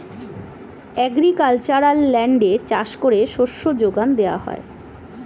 agricultural ল্যান্ডে চাষ করে শস্য যোগান দেওয়া হয়